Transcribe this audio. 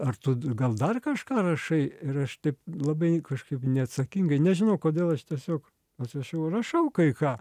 ar tu gal dar kažką rašai ir aš taip labai kažkaip neatsakingai nežinau kodėl aš tiesiog atrašiau rašau kai ką